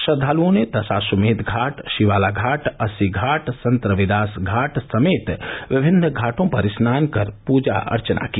श्रद्वालुओं ने दशाश्वमेध घाट शिवाला घाट अस्सी घाट संत रविदास घाट समेत विभिन्न घाटों पर स्नान कर पूजा अर्चना की